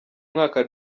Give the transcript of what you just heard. mwaka